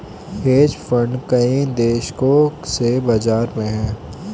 hedge fund कई दशकों से बाज़ार में हैं